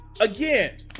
Again